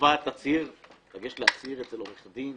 שקובעת תצהיר לגשת להצהיר אצל עורך דין